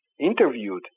interviewed